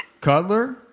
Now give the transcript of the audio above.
Cutler